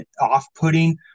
off-putting